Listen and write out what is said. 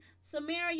Samaria